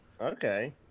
Okay